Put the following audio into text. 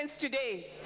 today